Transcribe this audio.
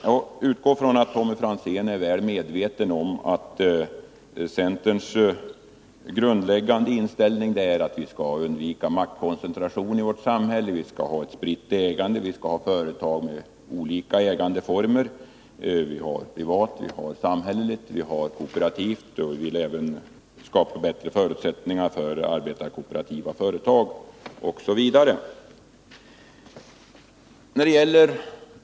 Jag utgår från att Tommy Franzén är väl medveten om att centerns grundläggande inställning är att vi skall undvika maktkoncentration i vårt samhälle. Vi skall ha ett spritt ägande. Vi skall ha företag med olika ägandeformer— privata, samhälleliga och kooperativa —, vi vill skapa bättre förutsättningar för arbetarkooperativa företag osv.